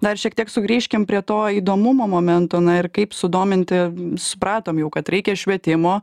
dar šiek tiek sugrįžkim prie to įdomumo momento na ir kaip sudominti supratom jau kad reikia švietimo